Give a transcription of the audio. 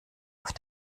auf